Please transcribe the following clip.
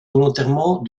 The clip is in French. volontairement